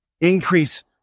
Increase